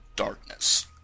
darkness